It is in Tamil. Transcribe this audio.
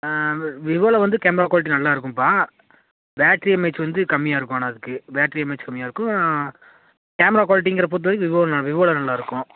வி விவோவில் வந்து கேமரா குவாலிட்டி நல்லாயிருக்கும்பா பேட்ரி எம்ஏஹெச் வந்து கம்மியாக இருக்கும் ஆனால் அதுக்கு பேட்ரி எம்ஏஹெச் கம்மியாக இருக்கும் கேமரா குவாலிட்டிங்கிற பொறுத்த வரைக்கும் விவோ நா விவோவில் நல்லாயிருக்கும்